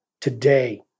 today